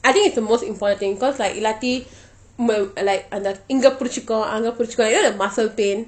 I think it's the most important thing cause like இல்லாட்டி:illati like இங்கே பிடிச்சுக்கும் அங்கே பிடிச்சுக்கும்:inkei pidichikum ankei pidichikum you know the muscle pain